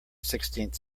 sixteenth